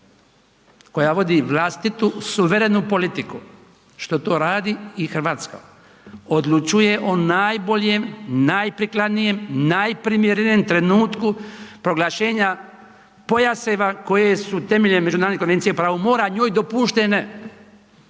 koja vodi vlastitu suverenu politiku, što to radi i RH, odlučuje o najboljem, najprikladnijem, najprimjerenijem trenutku proglašenjem pojaseva koje su temeljem međunarodne Konvencije o pravu mora njoj dopuštene